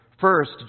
First